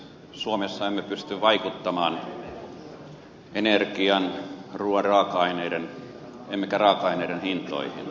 suomessa emme pysty vaikuttamaan energian ruuan emmekä raaka aineiden hintoihin